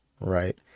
right